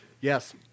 Yes